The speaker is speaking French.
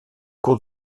cours